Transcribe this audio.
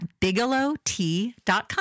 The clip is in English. BigelowTea.com